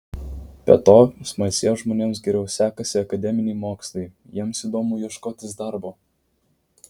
be to smalsiems žmonėms geriau sekasi akademiniai mokslai jiems įdomu ieškotis darbo